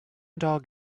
dog